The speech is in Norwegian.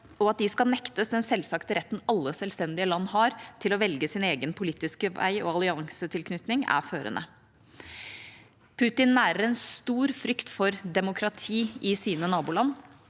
og at de skal nektes den selvsagte retten alle selvstendige land har til å velge sin egen politiske vei og alliansetilknytning, er førende. Putin nærer en stor frykt for demokrati i sine naboland,